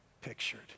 pictured